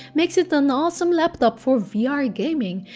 makes it an awesome laptop for vr ah gaming.